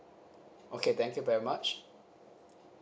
okay thank you very much